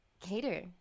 cater